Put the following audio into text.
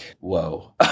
Whoa